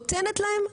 נותנת להם,